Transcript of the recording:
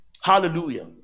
Hallelujah